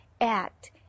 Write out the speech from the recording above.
act